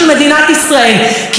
כי נגד מי היא תסית,